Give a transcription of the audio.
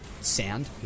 sand